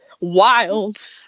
Wild